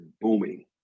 booming